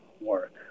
work